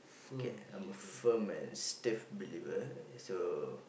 okay I'm a firm and stiff believer so